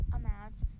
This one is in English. amounts